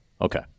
okay